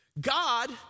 God